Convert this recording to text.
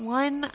one